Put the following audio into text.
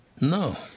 No